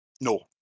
No